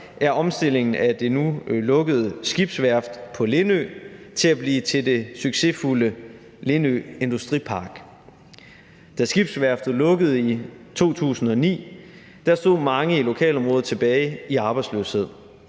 er omstillingen af det nu lukkede skibsværft på Lindø til det succesfulde Lindø Industripark. Da skibsværftet lukkede i 2009, stod mange i lokalområdet tilbage i arbejdsløshed,